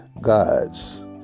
God's